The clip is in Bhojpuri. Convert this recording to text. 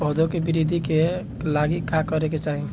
पौधों की वृद्धि के लागी का करे के चाहीं?